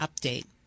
update